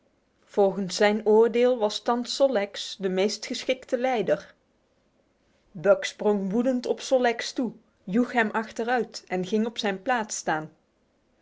volgens zijn oordeel was thans sol leks de meest geschikte leider buck sprong woedend op sol leks toe joeg hem achteruit en ging op zijn plaats staan